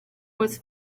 was